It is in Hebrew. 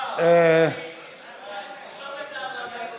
חתימה אלקטרונית (תיקון מס' 3),